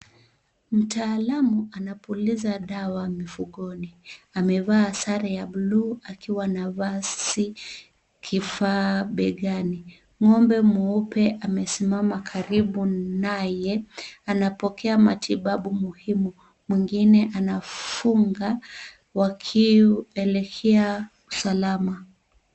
Mtaalamu anapuliza dawa mifugoni, amevaa sare ya blue akiwa anavaa kifaa begani, ng'ombe mweupe amesimama karibu naye anapokea matibabu muhimu mwingine anafunga wakielekea usalama.